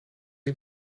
een